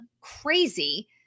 crazy